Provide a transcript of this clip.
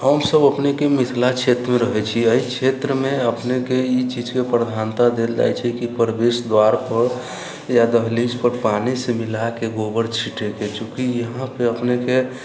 हम सभ अपनेके मिथिला क्षेत्रमे रहैत छियै एहि क्षेत्रमे अपनेके ई चीजके प्रधानता देल जाइत छै कि प्रवेश दुआर पर या दहलीज पर पानिसँ मिलाइके गोबर छींटयके चूँकि यहाँपे अपनेके